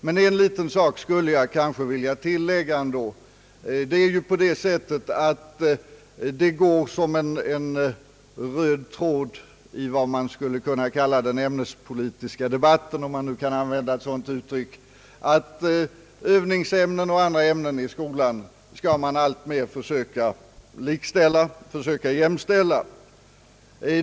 Men jag skulle vilja tillägga, att det går som en röd tråd i den ämnespolitiska debatten — om jag nu får använda ett sådant uttryck — att övningsämnena och andra ämnen i skolan alltmer skall bli jämställda.